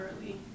early